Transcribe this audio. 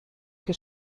que